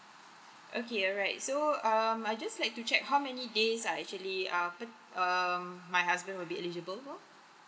okay alright so um I just like to check how many days are actually uh pe~ um my husband will be eligible for